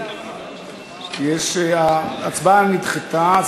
ההצבעה נדחתה.